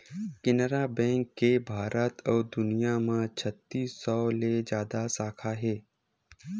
Canara bank के भारत अउ दुनिया म छत्तीस सौ ले जादा साखा हे